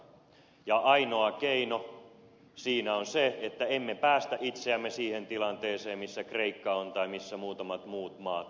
ja ainoa keino siinä on se että emme päästä itseämme siihen tilanteeseen missä kreikka on tai missä muutamat muut maat ovat